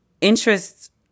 interest